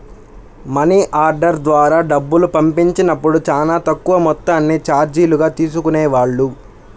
money order ద్వారా డబ్బులు పంపించినప్పుడు చానా తక్కువ మొత్తాన్ని చార్జీలుగా తీసుకునేవాళ్ళు